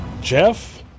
Jeff